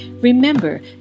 remember